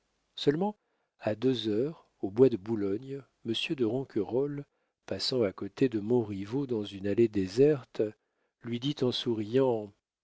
seulement à deux heures au bois de boulogne monsieur de ronquerolles passant à côté de montriveau dans une allée déserte lui dit en souriant